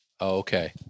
Okay